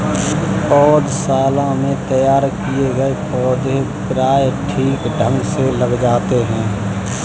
पौधशाला में तैयार किए गए पौधे प्रायः ठीक ढंग से लग जाते हैं